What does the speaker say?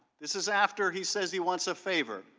this is after he said he wants a favor,